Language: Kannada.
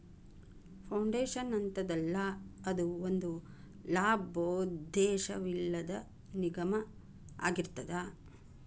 ಫೌಂಡೇಶನ್ ಅಂತದಲ್ಲಾ, ಅದು ಒಂದ ಲಾಭೋದ್ದೇಶವಿಲ್ಲದ್ ನಿಗಮಾಅಗಿರ್ತದ